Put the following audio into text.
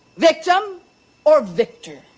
victim or victor?